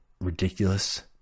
ridiculous